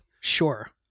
sure